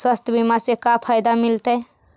स्वास्थ्य बीमा से का फायदा मिलतै?